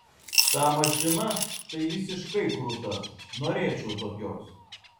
ta mašina tai visiškai krūta norėčiau tokios